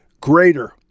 greater